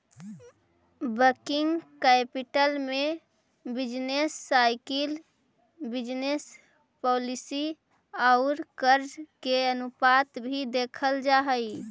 working capital में business cycle business policy औउर कर्ज के अनुपात भी देखल जा हई